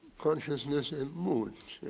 consciousness and mood,